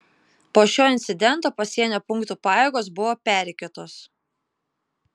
po šio incidento pasienio punktų pajėgos buvo perrikiuotos